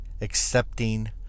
accepting